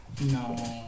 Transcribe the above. No